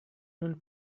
nun